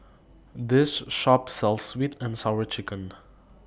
This Shop sells Sweet and Sour Chicken